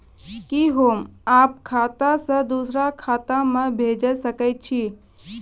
कि होम आप खाता सं दूसर खाता मे भेज सकै छी?